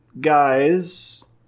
guys